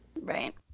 Right